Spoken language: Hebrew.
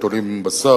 תולים בשר,